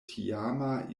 tiama